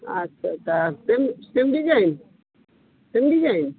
আচ্ছা তা same same design same design